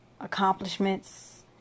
accomplishments